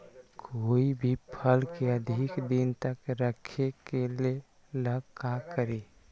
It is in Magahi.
कोई भी फल के अधिक दिन तक रखे के ले ल का करी?